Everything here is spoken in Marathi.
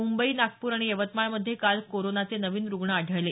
मुंबई नागपूर आणि यवतमाळमध्ये काल कोरोनाचे नवीन रुग्ण आढळले